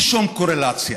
ובלי שום קורלציה: